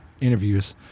interviews